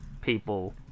people